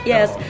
Yes